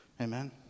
Amen